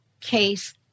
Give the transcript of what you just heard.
case